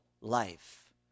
life